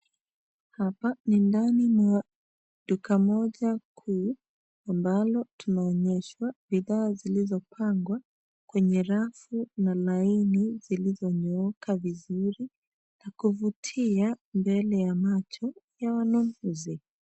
Hapa ni ndani mwa duka moja kuu, ambalo tunaonyeshwa bidhaa zilizopangwa kwenye rafu na laini zilizonyooka vizuri na kuvutia mbele ya macho ya wanunuzi.